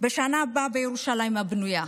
בשנה הבאה בירושלים הבנויה.